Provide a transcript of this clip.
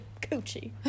coochie